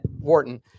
Wharton